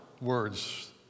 words